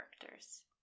characters